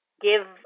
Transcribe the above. give